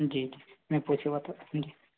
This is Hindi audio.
जी मैं पूछूंगा तो